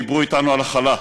דיברו אתנו על הכלה,